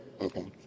okay